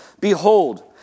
behold